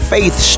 Faith